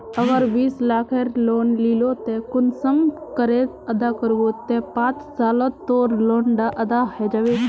अगर बीस लाखेर लोन लिलो ते ती कुंसम करे अदा करबो ते पाँच सालोत तोर लोन डा अदा है जाबे?